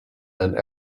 and